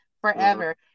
forever